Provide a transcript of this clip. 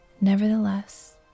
Nevertheless